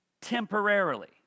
Temporarily